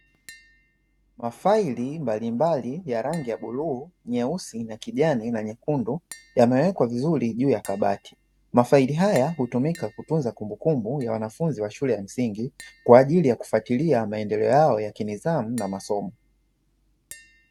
Mafaili mbalimbali ya rangi ya buluu, nyeusi na kijani na nyekundu; yamewekwa vizuri juu ya kabati. Mafaili haya hutumika kutunza kumbukumbu ya wanafunzi wa shule ya msingi, kwa ajili ya kufuatilia maendeleo yao ya kinidhamu na masomo.